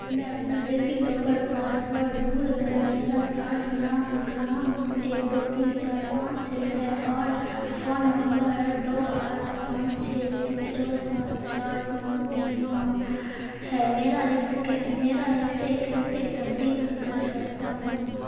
میں اپنا DigiLocker password بھول گیا میرا صارف نام وکرام ایک دو تین چار پانچ ہے اور فون نمبر دو آٹھ پانچ چھ زیرو سات چار نو تین نو ہے میرا اس کے میرا اسے کیسے تبدیل کر سکتا ہوں